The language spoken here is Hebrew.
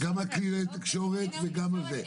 לא, אבל גם הקלינאות וגם האומנות.